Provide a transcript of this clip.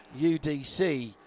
UDC